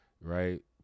right